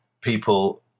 people